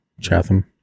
Chatham